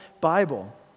Bible